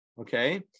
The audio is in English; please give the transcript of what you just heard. okay